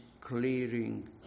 clearing